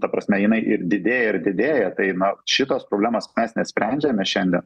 ta prasme jinai ir didėja ir didėja tai na šitos problemos mes nesprendžiame šiandien